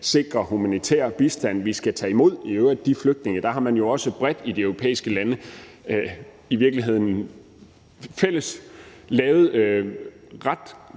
sikre humanitær bistand, og vi skal i øvrigt tage imod flygtningene. Der har man jo også bredt i de europæiske lande i virkeligheden fælles lavet ret